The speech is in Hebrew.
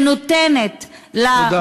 שנותנת, תודה.